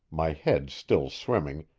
my head still swimming,